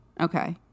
Okay